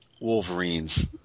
Wolverine's